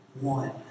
one